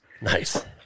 Nice